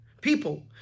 people